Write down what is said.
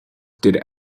did